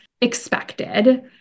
expected